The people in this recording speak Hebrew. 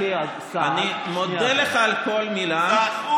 זכור לך שהוא אמר לכם: לך לירדן לקבל את ההנחיות לגבי הר הבית?